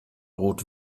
rot